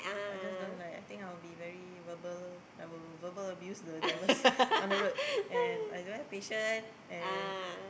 I just don't like I think I'll be very verbal I will verbal abuse the drivers on the road and I don't have patience and